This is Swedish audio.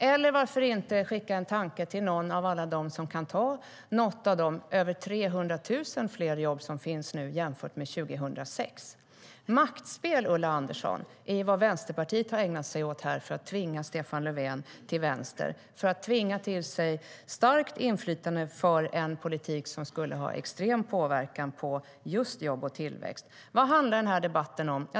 Eller varför inte skicka en tanke till någon av alla dem som kan ta något av de över 300 000 fler jobb som finns nu jämfört med 2006.Maktspel, Ulla Andersson, är vad Vänsterpartiet har ägnat sig åt för att tvinga Stefan Löfven till vänster och tvinga till sig starkt inflytande för en politik som skulle ha extrem påverkan på just jobb och tillväxt. Vad handlar debatten om?